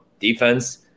defense